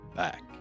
back